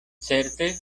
certe